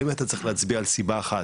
אבל אם היית צריך להצביע על סיבה אחת